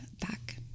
back